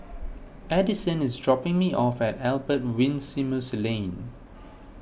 Addisyn is dropping me off at Albert Winsemius Lane